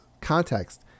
context